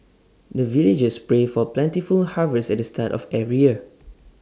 the villagers pray for plentiful harvest at the start of every year